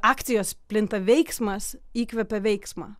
akcijos plinta veiksmas įkvepia veiksmą